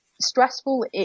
stressful